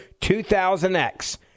2000X